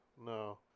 No